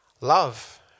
love